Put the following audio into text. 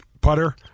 putter